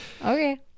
Okay